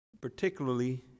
particularly